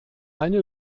eine